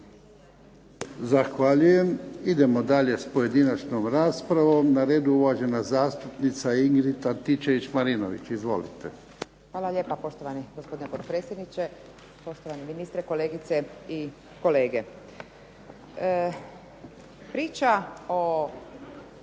Zahvaljujem. Idemo dalje sa pojedinačnom raspravom, na redu je uvažena zastupnica Ingrid Antičević-Marinović. **Antičević Marinović, Ingrid (SDP)** Hvala lijepa poštovani gospodine potpredsjedniče, poštovani ministre, kolegice i kolege. Priča o